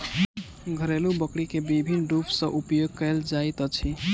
घरेलु बकरी के विभिन्न रूप सॅ उपयोग कयल जाइत अछि